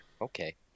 Okay